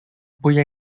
voy